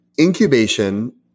Incubation